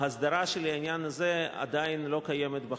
ההסדרה של העניין הזה עדיין לא קיימת בחוק.